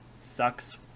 Sucks